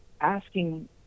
asking